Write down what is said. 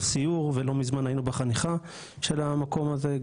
סיור ולא מזמן היינו בחניכה של המקום הזה,